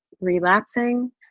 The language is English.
relapsing